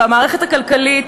במערכת הכלכלית,